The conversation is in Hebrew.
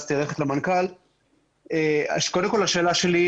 וניסינו למצוא פתרונות והם לא עלו יפה בגלל חוסר שיתוף פעולה של חלק